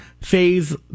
phase